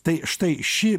tai štai ši